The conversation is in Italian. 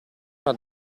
una